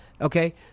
Okay